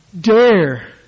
dare